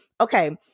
Okay